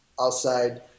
outside